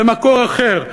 במקור אחר.